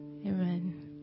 Amen